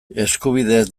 eskubideez